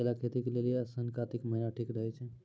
केला के खेती के लेली आसिन कातिक महीना ठीक रहै छै